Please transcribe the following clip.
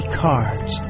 cards